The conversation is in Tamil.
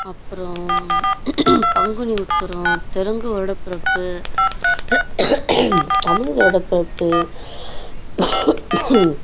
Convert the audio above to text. அப்பறம் பங்குனி உத்திரம் தெலுங்கு வருடப்பிறப்பு தமிழ் வருடப்பிறப்பு